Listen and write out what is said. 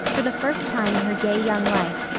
for the first time in her gay young life,